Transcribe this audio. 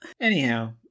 Anyhow